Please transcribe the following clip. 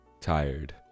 tired